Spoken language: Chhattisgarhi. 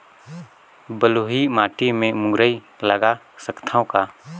बलुही माटी मे मुरई लगा सकथव का?